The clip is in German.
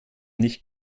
nicht